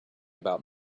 about